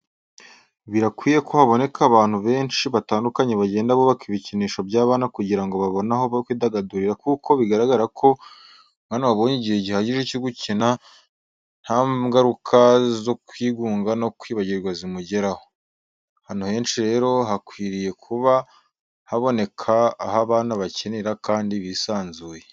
Birakwiye ko haboneka abantu benshi batandukanye bagenda bubaka ibikinisho by'abana kugira ngo babone aho kwidagadurira kuko bigaragara ko umwana wabonye igihe gihagije cyo gukina nta nvaruka zo kwigunga no kwibagirwa zimugeraho. Ahantu henshi rero hakwiriye kuba haboneka aho abana bakinira kandi bisanzuye.